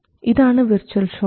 ഇതാണ് virtual shot